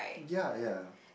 ya ya